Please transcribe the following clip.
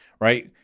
right